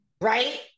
right